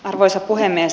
arvoisa puhemies